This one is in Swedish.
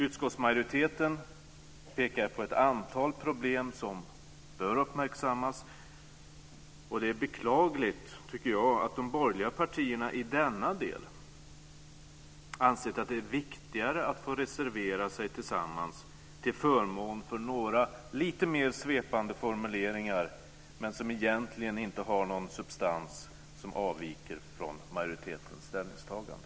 Utskottsmajoriteten pekar på ett antal problem som bör uppmärksammas, och det är beklagligt att de borgerliga partierna i denna del ansett att det är viktigare att få reservera sig till förmån för några lite mer svepande formuleringar som egentligen inte har någon substans som avviker från majoritetens ställningstagande.